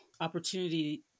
opportunity